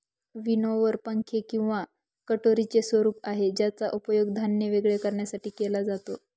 winnower पंखे किंवा कटोरीच स्वरूप आहे ज्याचा उपयोग धान्य वेगळे करण्यासाठी केला जातो